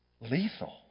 Lethal